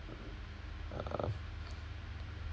uh